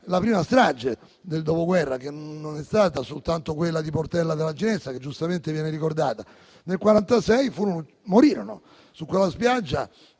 la prima del Dopoguerra, e quindi non c'è stata soltanto quella di Portella della Ginestra, che giustamente viene ricordata; nel 1946 morirono su quella spiaggia